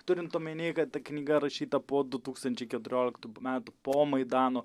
turint omeny kad ta knyga rašyta po du tūkstančiai keturioliktų metų po maidano